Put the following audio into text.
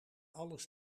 alles